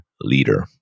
leader